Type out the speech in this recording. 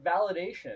validation